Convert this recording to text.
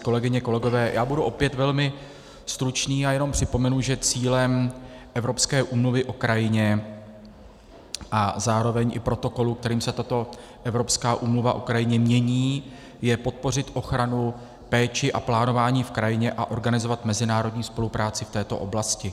Kolegyně, kolegové, já budu opět velmi stručný a jenom připomenu, že cílem evropské úmluvy o krajině a zároveň i protokolu, kterým se tato Evropská úmluva o krajině mění, je podpořit ochranu, péči a plánování v krajině a organizovat mezinárodní spolupráci v této oblasti.